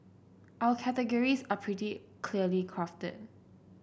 our categories are pretty clearly crafted